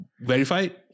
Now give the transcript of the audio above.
verified